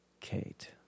Kate